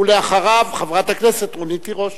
ואחריו, חברת הכנסת רונית תירוש.